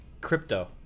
crypto